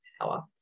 power